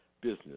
business